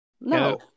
No